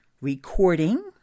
recording